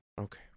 Okay